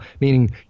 meaning